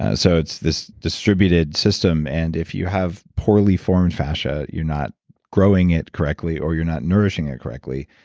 ah so it's this distributed system. and if you have poorly formed fascia, you're not growing it correctly or you're not nourishing it correctly,